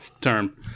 term